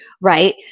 right